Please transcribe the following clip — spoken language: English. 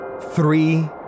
three